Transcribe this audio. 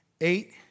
Eight